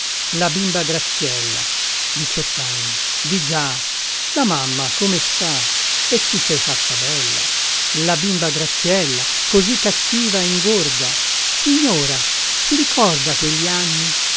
la bimba graziella diciottanni di già la mamma come sta e ti sei fatta bella la bimba graziella così cattiva e ingorda signora si ricorda quelli anni